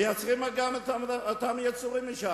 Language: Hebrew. מייצרים את אותם דברים שם.